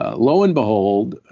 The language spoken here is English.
ah lo and behold,